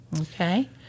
okay